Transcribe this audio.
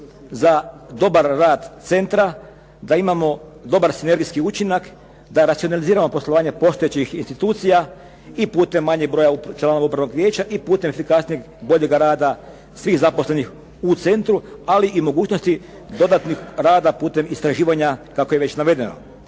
za dobar rad centra, da imamo dobar sinergijski učinak, da racionaliziramo poslovanje postojećih institucija i putem manjeg broja članova upravnog vijeća i putem efikasnijeg boljega rada svih zaposlenih u centru, ali i mogućnosti dodatnih rada putem istraživanja kako je već navedeno.